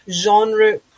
genre